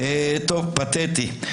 פתטי.